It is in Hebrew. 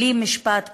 בלי משפט כלשהו.